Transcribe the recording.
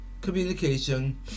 communication